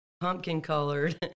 pumpkin-colored